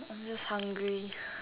um I'm just hungry